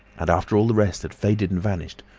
and after all the rest had faded and vanished,